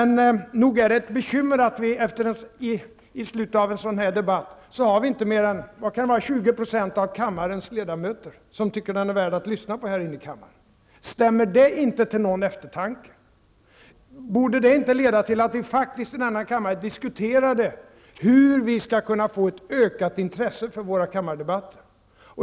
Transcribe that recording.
Nog är det ett bekymmer att det i slutet av en sådan här debatt inte finns fler än ca 20 % av kammarens ledamöter som anser att debatten är värd att lyssna på här i kammaren. Stämmer inte detta till någon eftertanke? Borde det inte leda till att vi i denna kammare diskuterade hur vi skall kunna få ett ökat intresse för våra kammardebatter?